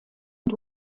and